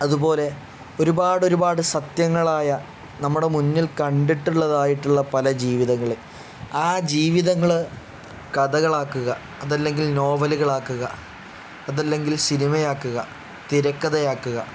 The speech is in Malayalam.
അതുപോലെ ഒരുപാട് ഒരുപാട് സത്യങ്ങളായ നമ്മുടെ മുന്നിൽ കണ്ടിട്ടുള്ളതായിട്ടുള്ള പല ജീവിതങ്ങൾ ആ ജീവിതങ്ങൾ കഥകളാക്കുക അത് അല്ലെങ്കിൽ നോവലുകളാക്കുക അത് അല്ലെങ്കിൽ സിനിമയാക്കുക തിരക്കഥയാക്കുക